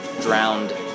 drowned